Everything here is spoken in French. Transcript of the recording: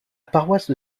paroisse